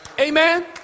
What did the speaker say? Amen